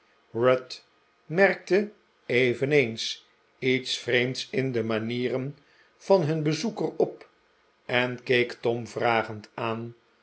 ruth merkte eveneens iets vreemds in de manieren van nun bezoeker op en keek tom vragend aan